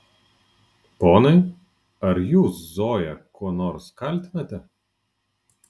ponai ar jūs zoją kuo nors kaltinate